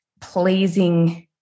pleasing